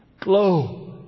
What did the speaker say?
glow